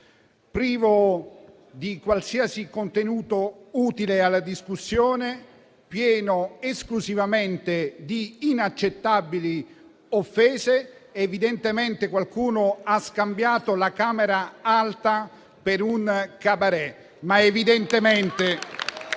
privo di qualsiasi contenuto utile alla discussione, pieno esclusivamente di inaccettabili offese. Evidentemente qualcuno ha scambiato la Camera alta per un *cabaret*.